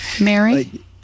Mary